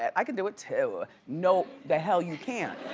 i can do it, too. ah nope, the hell you can.